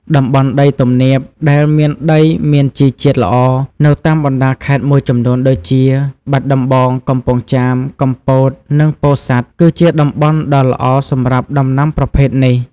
តំបន់ដីទំនាបដែលមានដីមានជីជាតិល្អនៅតាមបណ្ដាខេត្តមួយចំនួនដូចជា បាត់ដំបង កំពង់ចាម កំពត និងពោធិ៍សាត់ គឺជាតំបន់ដ៏ល្អសម្រាប់ដំណាំប្រភេទនេះ។